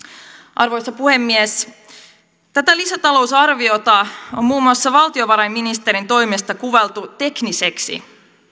arvoisa puhemies tätä lisätalousarviota on muun muassa valtiovarainministerin toimesta kuvailtu tekniseksi